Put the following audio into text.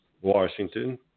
Washington